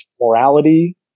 morality